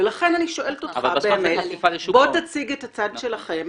ולכן אני מבקשת ממך להציג את הצד שלכם.